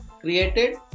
Created